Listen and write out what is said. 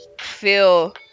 feel